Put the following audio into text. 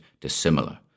dissimilar